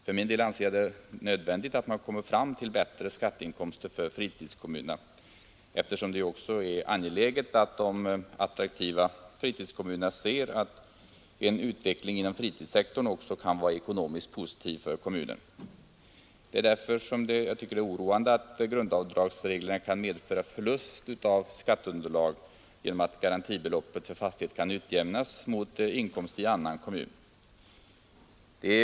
För min del anser jag det nödvändigt att komma fram till bättre skatteinkomster för fritidskommunerna, eftersom det är angeläget att de attraktiva fritidskommunerna ser att en utveckling inom fritidssektorn också kan vara ekonomiskt positiv för kommunen. Det är därför oroande att grundavdragsreglerna kan medföra förlust av skatteunderlag genom att garantibeloppet för fastighet kan utjämnas mot inkomst i annan kommun.